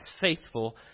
faithful